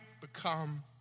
become